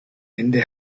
ende